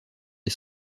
des